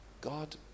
God